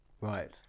Right